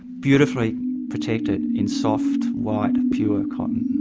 beautifully protected in soft, white pure cotton.